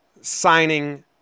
signing